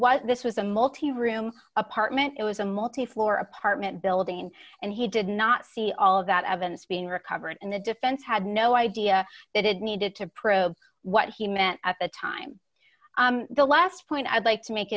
was this was a multi room apartment it was a multi floor apartment building and he did not see all of that evidence being recovered and the defense had no idea that it needed to probe what he meant at the time the last point i'd like to make